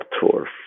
tour